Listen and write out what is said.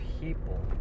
people